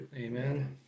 amen